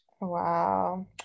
Wow